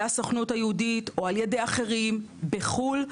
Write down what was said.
הסוכנות היהודית או על ידי אחרים בחו"ל.